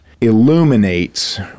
illuminates